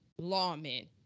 lawmen